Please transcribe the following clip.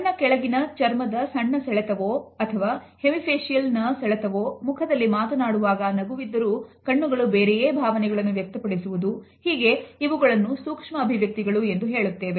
ಕಣ್ಣ ಕೆಳಗಿನ ಚರ್ಮದ ಸಣ್ಣ ಸೆಳೆತವೋ ಅಥವಾ ಹೆಮಿಫೇಶಿಯಲ್ನ ಸೆಳೆತವೋ ಮುಖದಲ್ಲಿ ಮಾತನಾಡುವಾಗ ನಗುವಿದ್ದರೂ ಕಣ್ಣುಗಳು ಬೇರೆಯೇ ಭಾವನೆಗಳನ್ನು ವ್ಯಕ್ತಪಡಿಸುವುದು ಹೀಗೆ ಇವುಗಳನ್ನು ಸೂಕ್ಷ್ಮ ಅಭಿವ್ಯಕ್ತಿಗಳು ಎಂದು ಹೇಳುತ್ತೇವೆ